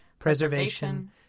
preservation